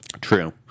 True